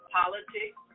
politics